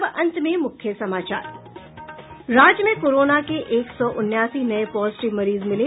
और अब अंत में मुख्य समाचार राज्य में कोरोना के एक सौ उन्नासी नये पॉजिटिव मरीज मिले